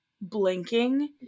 blinking